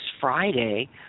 Friday